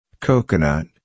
Coconut